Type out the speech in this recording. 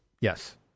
Yes